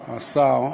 השר,